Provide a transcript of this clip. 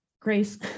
Grace